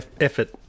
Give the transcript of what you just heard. effort